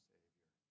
Savior